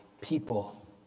people